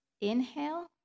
Inhale